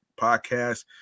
podcast